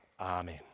Amen